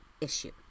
issue